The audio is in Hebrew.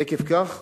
עקב כך